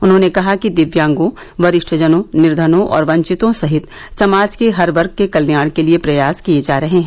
उन्होंने कहा कि दिव्यांगों वरिष्ठजनों निर्धनों और वंचितों सहित समाज के हर वर्ग के कल्याण के लिए प्रयास किए जा रहे हैं